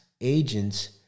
agents